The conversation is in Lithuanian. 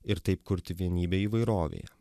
ir taip kurti vienybę įvairovėje